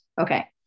Okay